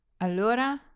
allora